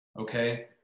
okay